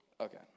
Okay